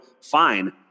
Fine